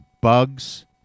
bugs